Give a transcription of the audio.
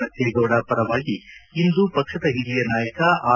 ಬಜ್ವೇಗೌಡ ಪರವಾಗಿ ಇಂದು ಪಕ್ಷದ ಹಿರಿಯ ನಾಯಕ ಆರ್